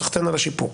סחתין על השיפור.